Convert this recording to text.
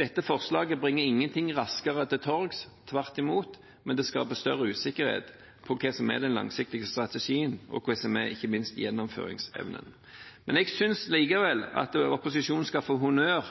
Dette forslaget bringer ingenting raskere til torgs, tvert imot, men det skaper større usikkerhet om hva som er den langsiktige strategien, og ikke minst om gjennomføringsevnen. Jeg synes likevel at opposisjonen skal få honnør